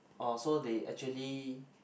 uh so they actually